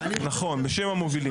נכון, בשם המובילים.